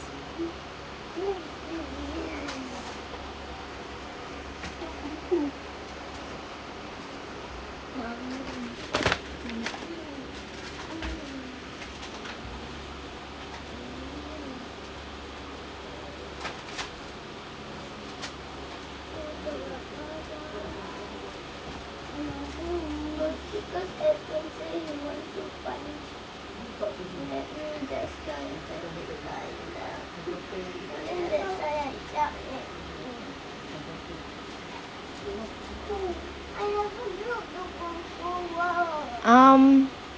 um